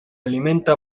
alimenta